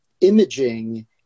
Imaging